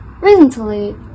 Recently